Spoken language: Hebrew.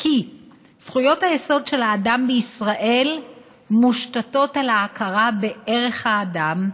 כי זכויות היסוד של האדם בישראל מושתתות על ההכרה בערך האדם,